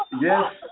yes